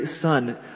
son